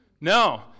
No